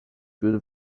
though